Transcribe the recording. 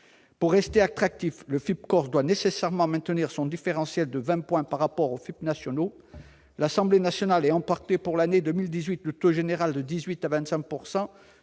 Pour rester attractif, le FIP-Corse doit nécessairement maintenir son différentiel de 20 points par rapport aux FIP nationaux. L'Assemblée nationale ayant porté pour 2018 le taux général de 18 % à 25